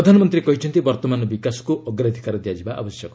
ପ୍ରଧାନମନ୍ତ୍ରୀ କହିଛନ୍ତି ବର୍ତ୍ତମାନ ବିକାଶକୁ ଅଗ୍ରାଧିକାର ଦିଆଯିବା ଆବଶ୍ୟକ